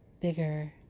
bigger